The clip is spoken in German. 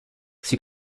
sie